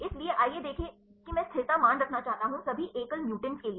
इसलिए आइए देखें कि मैं स्थिरता मान रखना चाहता हूं सभी एकल म्यूटेंट के लिए